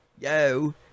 Yo